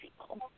people